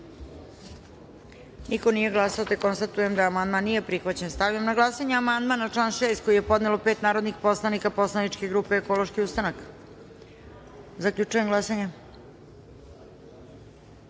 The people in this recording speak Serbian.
narodnih poslanika. Konstatujem da je amandman prihvaćen. Stavljam na glasanje amandman na član 9. koji je podnelo pet narodnih poslanika poslaničke grupe Ekološki ustanak. Zaključujem glasanje: